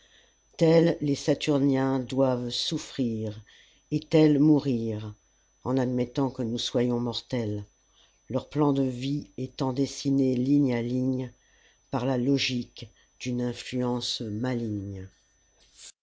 tels les saturniens doivent souffrir et tels mourir en admettant que nous soyons mortels leur plan de vie étant dessiné ligne à ligne par la logique d'une influence maligne